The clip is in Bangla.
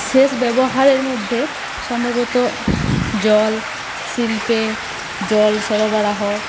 শেষ ব্যবহারের মধ্যে সম্ভবত জল শিল্পে জল সরবরাহ